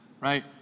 right